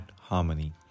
harmony